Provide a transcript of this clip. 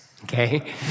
Okay